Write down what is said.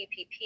PPP